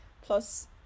plus